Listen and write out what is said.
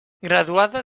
graduada